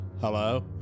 hello